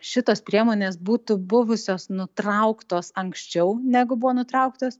šitos priemonės būtų buvusios nutrauktos anksčiau negu buvo nutrauktos